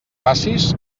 facis